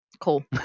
Cool